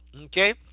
Okay